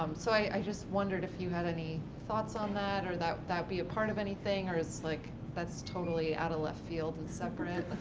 um so i just wondered if you had any thoughts on that or that would be a part of anything or is like, that's totally outta left field and separate?